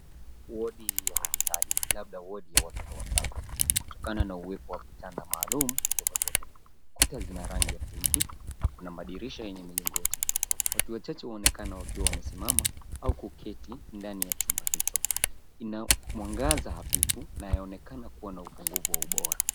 Wodi ya hospitali, labda wodi ya watoto wachanga kutokana na uwepo wa vitanda maalum vya watoto. Kuta zina rangi ya iriki na kuna dirisha yenye milingoti. Watu wachache waonekana wakiwa wamesimama au kuketi ndani ya chumba hicho. Ina mwangaza hafifu na yaonekana kuwa na upungufu wa ubora.